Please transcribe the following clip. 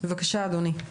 בבקשה אדוני.